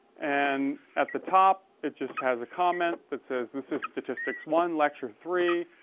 and at the top, it just has a comment that says this is statistics one lecture three,